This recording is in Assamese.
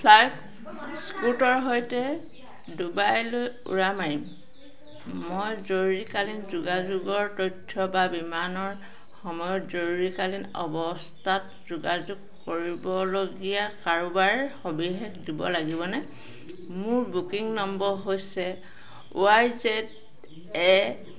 ফ্লাই স্কুটৰ সৈতে ডুবাইলৈ উৰা মাৰিম মই জৰুৰীকালীন যোগাযোগৰ তথ্য বা বিমানৰ সময়ত জৰুৰীকালীন অৱস্থাত যোগাযোগ কৰিবলগীয়া কাৰোবাৰ সবিশেষ দিব লাগিবনে মোৰ বুকিং নম্বৰ হৈছে ৱাই জেদ এ